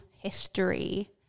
history